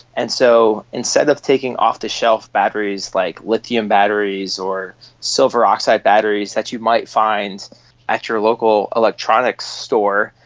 and so instead of taking off-the-shelf batteries like lithium batteries or silver oxide batteries that you might find at your local electronics store,